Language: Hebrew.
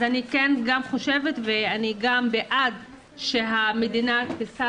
אז אני כן חושבת ואני גם בעד שהמדינה תישא